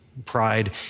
Pride